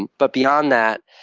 and but, beyond that,